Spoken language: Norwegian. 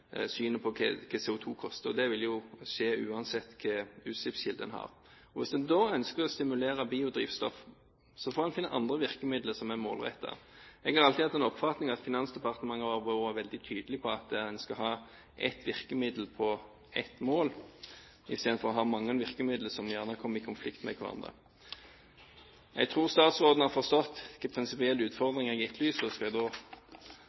synet på hva CO2 koster. Det vil jo skje uansett hva slags utslippskilde en har. Hvis man da ønsker å stimulere biodrivstoff, får en finne andre virkemidler som er målrettet. Jeg har alltid hatt den oppfatning at Finansdepartementet har vært veldig tydelig på at en skal ha ett virkemiddel på ett mål, i stedet for å ha mange virkemidler som gjerne kommer i konflikt med hverandre. Jeg tror statsråden har forstått hva slags prinsipielle utfordringer jeg etterlyser, og jeg skal da